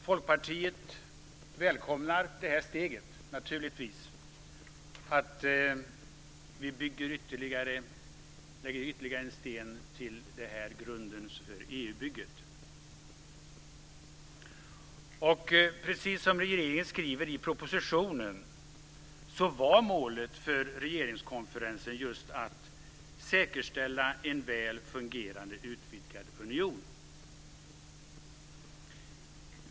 Folkpartiet välkomnar naturligtvis detta steg. Vi lägger ytterligare en sten till grunden för EU-bygget. Precis som regeringen skriver i propositionen var målet för regeringskonferensen just att säkerställa en väl fungerande utvidgad union.